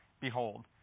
behold